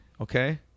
Okay